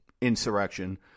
insurrection –